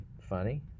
funny